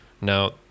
Now